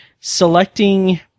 selecting